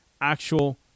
actual